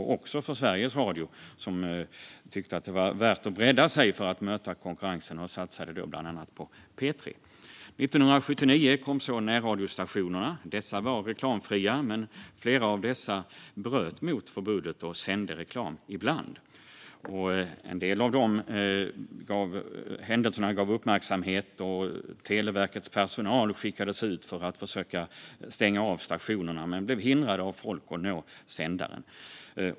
Det gällde också Sveriges Radio, som tyckte att det var värt att bredda sig för att möta konkurrensen och bland annat satsade på P3. År 1979 kom så närradiostationerna. De var reklamfria, men flera av dessa bröt mot förbudet och sände reklam ibland. En del av dessa händelser fick uppmärksamhet, och Televerkets personal skickades ut för att försöka stänga av stationerna men blev hindrade av folk att nå sändaren.